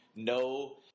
No